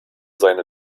seine